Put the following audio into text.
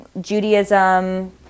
Judaism